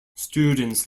students